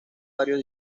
varios